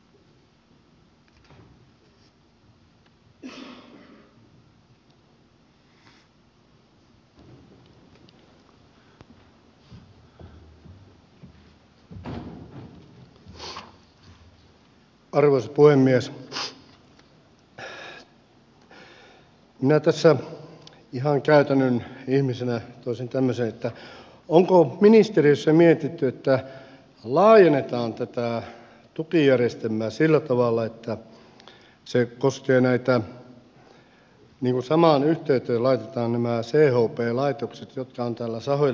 minä tässä ihan käytännön ihmisenä toisin esille tämmöisen että onko ministeriössä mietitty että laajennetaan tätä tukijärjestelmää sillä tavalla että se koskee sitä kun samaan yhteyteen laitetaan chp laitokset jotka ovat sahoilla ja muualla